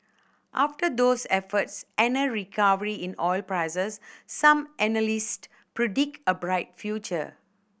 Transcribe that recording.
after those efforts and a recovery in oil prices some analyst predict a bright future